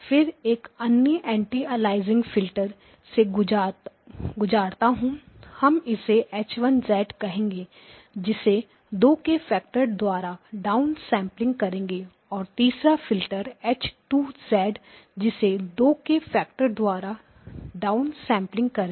फिर एक अन्य एंटी अलियासिंग फिल्टर से गुजरता हूं हम इसे H 1 कहेंगे जिसे 2 के फ़ैक्टर द्वारा डा उन सैंपलिंग करेंगे और तीसरा फिल्टर H 2 जिसे 2 के फ़ैक्टर द्वारा डा उन सैंपलिंग करेंगे